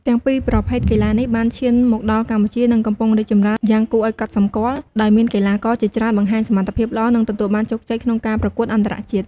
ទាំងពីរប្រភេទកីឡានេះបានឈានមកដល់កម្ពុជា និងកំពុងរីកចម្រើនយ៉ាងគួរឱ្យកត់សម្គាល់ ដោយមានកីឡាករជាច្រើនបង្ហាញសមត្ថភាពល្អ និងទទួលបានជោគជ័យក្នុងការប្រកួតអន្តរជាតិ។